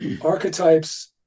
archetypes